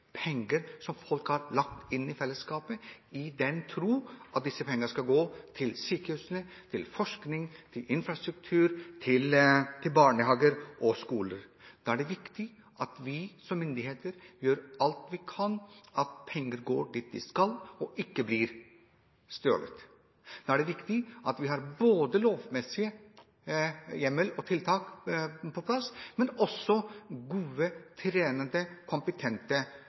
penger som folk har lagt inn i fellesskapet i den tro at disse pengene skal gå til sykehus, forskning, infrastruktur, barnehager og skoler. Da er det viktig at vi som myndighet gjør alt vi kan for at pengene går dit de skal og ikke blir stjålet. Da er det viktig at vi har lovmessige hjemler og tiltak på plass, men også gode, trenede, kompetente